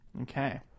Okay